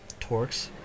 Torx